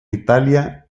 italia